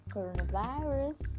Coronavirus